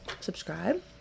Subscribe